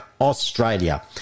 Australia